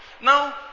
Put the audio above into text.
Now